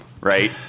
Right